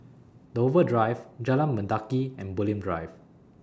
Dover Drive Jalan Mendaki and Bulim Drive